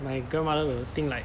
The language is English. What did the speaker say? my grandmother will think like